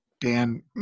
Dan